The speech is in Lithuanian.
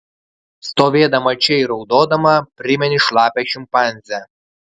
stovėdama čia ir raudodama primeni šlapią šimpanzę